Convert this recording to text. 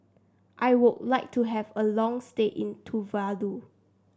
I would like to have a long stay in Tuvalu